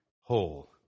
whole